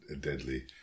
deadly